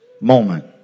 moment